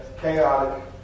chaotic